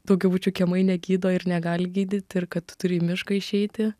daugiabučių kiemai negydo ir negali gydyti ir kad tu turi į mišką išeiti